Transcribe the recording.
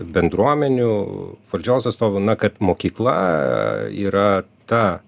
bendruomenių valdžios atstovų na kad mokykla yra ta